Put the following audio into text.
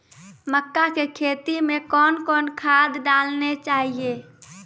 मक्का के खेती मे कौन कौन खाद डालने चाहिए?